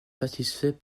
satisfaits